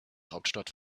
hauptstadt